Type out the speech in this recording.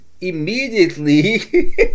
immediately